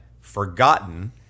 forgotten